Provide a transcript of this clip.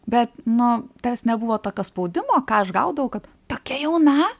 bet nu tas nebuvo tokio spaudimo ką aš gaudavau kad tokia jauna